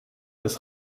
des